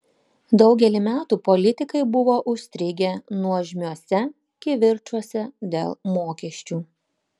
daugelį metų politikai buvo užstrigę nuožmiuose kivirčuose dėl mokesčių